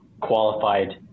qualified